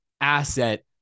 asset